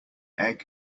egg